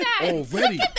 Already